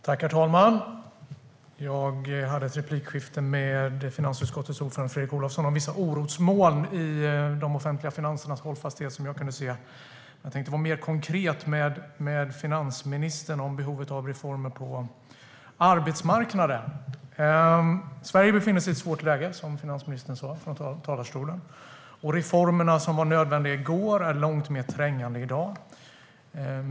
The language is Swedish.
Herr talman! Jag hade ett replikskifte med finansutskottets ordförande Fredrik Olovsson om vissa orosmoln i de offentliga finansernas hållfasthet som jag kunde se. Jag tänkte vara mer konkret med finansministern om behovet av reformer på arbetsmarknaden. Sverige befinner sig i ett svårt läge, som finansministern sa från talarstolen. Reformerna som var nödvändiga i går är långt mer trängande i dag.